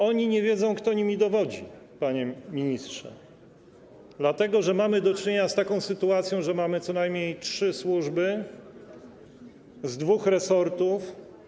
Oni nie wiedzą, kto nimi dowodzi, panie ministrze, dlatego że mamy do czynienia z taką sytuacją, że mamy co najmniej trzy służby z dwóch resortów.